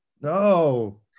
no